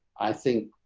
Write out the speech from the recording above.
i think